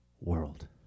world